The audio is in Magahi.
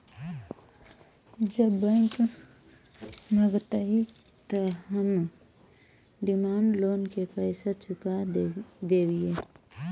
जब बैंक मगतई त हम डिमांड लोन के पैसा चुका देवई